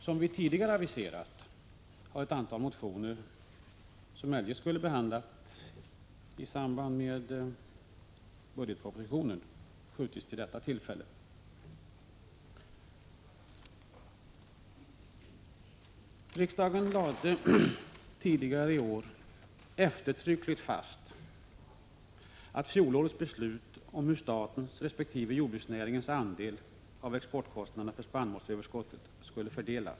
Som vi tidigare har aviserat, har ett antal motioner som eljest skulle ha behandlats i samband med budgetpropositionen skjutits upp till detta tillfälle. Riksdagen lade tidigare i år eftertryckligt fast att fjolårets beslut om fördelningen av statens resp. jordbruksnäringens kostnader för export av spannmålsöverskottet skall gälla.